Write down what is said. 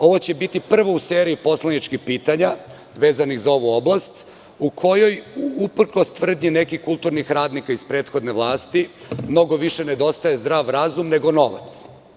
Ovo će biti prvo u seriji poslaničkih pitanja vezanih za ovu oblast u kojoj uprkos tvrdnji nekih kulturnih radnika iz prethodne vlasti mnogo više nedostaje zdrav razum, nego novac.